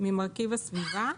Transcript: ממרכיב הסביבה.